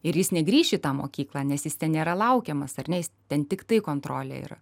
ir jis negrįš į tą mokyklą nes jis ten nėra laukiamas ar ne jis ten tiktai kontrolė yra